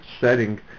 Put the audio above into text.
setting